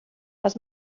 was